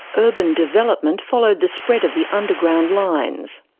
urban development followed the spread of the underground lines.